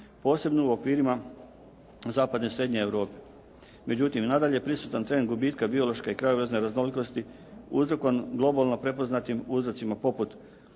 posebno u okvirima zapadne, srednje Europe. Međutim, i nadalje je prisutan trend gubitka biološke i krajobrazne raznolikosti uzrokovan globalno prepoznatim uzrocima poput